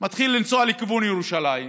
מתחיל לנסוע לכיוון ירושלים,